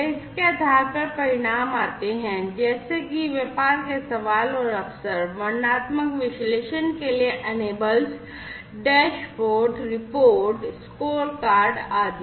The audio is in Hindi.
और इसके आधार पर परिणाम आते हैं जैसे कि व्यापार के सवाल और अवसर वर्णनात्मक विश्लेषण के लिए enablers डैशबोर्ड रिपोर्ट स्कोरकार्ड आदि